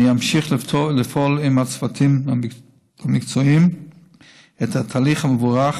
אני אמשיך לפעול עם הצוותים המקצועיים לקדם את התהליך המבורך